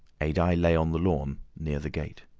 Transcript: adye lay on the lawn near the gate.